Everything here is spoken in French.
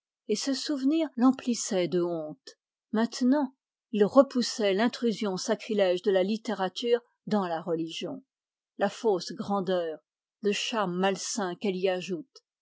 et ce souvenir l'emplissait de honte maintenant il repoussait l'intrusion sacrilège de la littérature dans la religion la fausse grandeur le charme malsain qu'elle y ajoute